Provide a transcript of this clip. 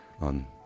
on